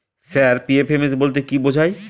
Sir PFMS বলতে কি বোঝায়?